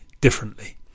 differently